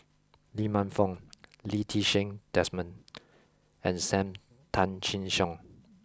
Lee Man Fong Lee Ti Seng Desmond and Sam Tan Chin Siong